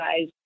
guys